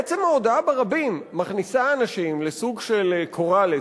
עצם ההודעה ברבים מכניסה אנשים לסוג של "קוראלס"